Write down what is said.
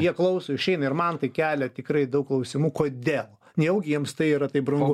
jie klauso išeina ir man tai kelia tikrai daug klausimų kodėl nejaugi jiems tai yra taip brangu